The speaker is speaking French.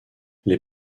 les